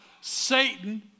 Satan